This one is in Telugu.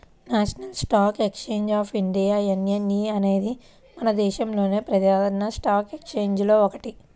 national Stock Exchange of India NSE అనేది మన దేశంలోని ప్రధాన స్టాక్ ఎక్స్చేంజిల్లో ఒకటి